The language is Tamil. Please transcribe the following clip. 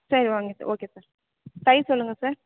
சரி வாங்க சார் ஓகே சார் சைஸ் சொல்லுங்கள் சார்